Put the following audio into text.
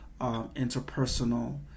interpersonal